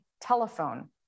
telephone